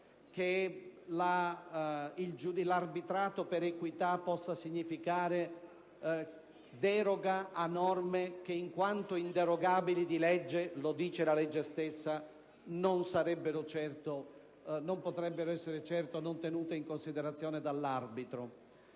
che l'arbitrato per equità possa significare deroga a norme che, in quanto inderogabili (lo dice la legge stessa), non potrebbero essere certo non tenute in considerazione dall'arbitro